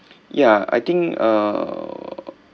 ya I think err